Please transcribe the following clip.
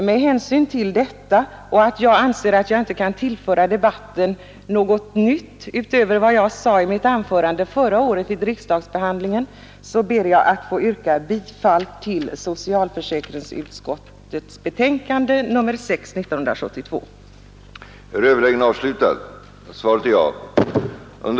Med hänsyn till detta och till att jag inte anser mig kunna tillföra Nr 37 debatten något nytt utöver vad jag sade i mitt anförande vid riksdagsbe Torsdagen den handlingen förra året, ber jag att få yrka bifall till socialförsäkringsut 9 mars 1972 skottets betänkande nr 6.